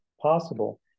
possible